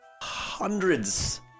Hundreds